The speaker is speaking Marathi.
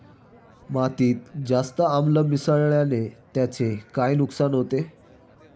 मातीत जास्त आम्ल मिसळण्याने त्याचे काय नुकसान होते?